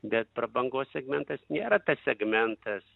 bet prabangos segmentas nėra tas segmentas